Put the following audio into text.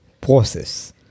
process